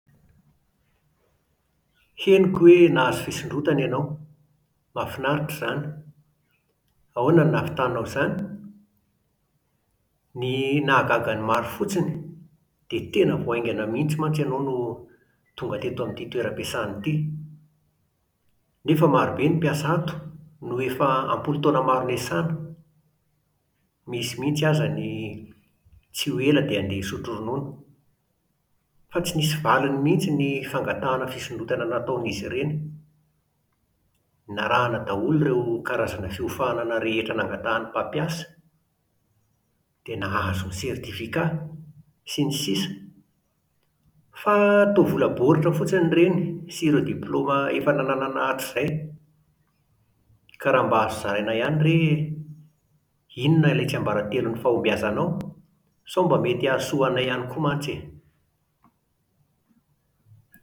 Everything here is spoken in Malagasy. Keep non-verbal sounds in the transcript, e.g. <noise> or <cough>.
Henoko hoe nahazo fisondrotana ianao, mahafinaritra izany! Ahoana no nahavitanao an’izany? Ny <hesitation> nahagaga ny maro fotsiny dia tena vao haingana mihitsy mantsy ianao no <hesitation> tonga teto amin'ity toeram-piasana ity. Nefa marobe ny mpiasa ato no efa ampolon-taona maro niasana. Misy mihitsy aza ny <hesitation> tsy ho ela dia handeha hisotro ronono. Fa tsy nisy valiny mihitsy ny fangatahana fisondrotana nataon'izy ireny. Narahana daholo ireo karazana fiofanana rehetra nangatahan'ny mpampiasa. Dia nahazo ny certificat, sns,,. Fa <hesitation> toa vola baoritra fotsiny ireny sy ireo diplaoma efa nananana hatrizay. Ka raha mba azo zaraina ihany re: <hesitation> inona ilay tsiambaratelon'ny fahombiazanao? Sao mba mety hahasoa anay ihany koa mantsy e!